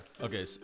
Okay